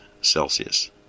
Celsius